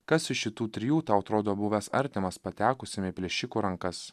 kas iš šitų trijų tau atrodo buvęs artimas patekusiam į plėšikų rankas